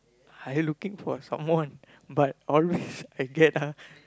I looking for someone but always I get ah